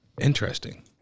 interesting